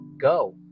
go